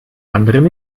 anderen